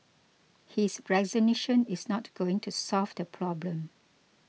his resignation is not going to solve the problem